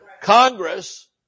Congress